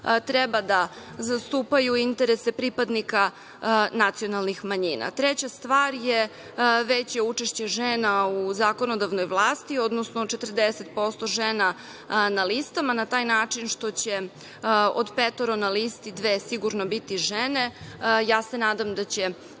treba da zastupaju interese pripadnika nacionalnih manjina. Treća stvar je veće učešće žena u zakonodavnoj vlasti, odnosno 40% žena na listama na taj način što će od petoro na listi dve sigurno biti žene. Ja se nadam da će